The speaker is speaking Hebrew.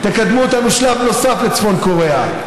תקדמו אותנו שלב נוסף לצפון קוריאה.